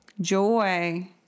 joy